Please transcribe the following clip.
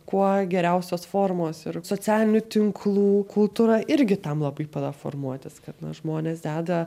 kuo geriausios formos ir socialinių tinklų kultūra irgi tam labai padeda formuotis kad na žmonės deda